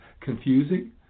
confusing